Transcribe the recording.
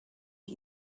mit